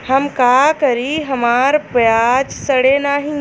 हम का करी हमार प्याज सड़ें नाही?